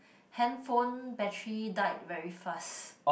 handphone battery died very fast